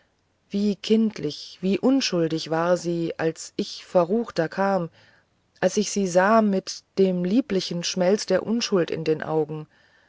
wie kindlich wie unschuldig war sie als ich verruchter kam als ich sie sah mit dein lieblichen schmelz der unschuld in den augen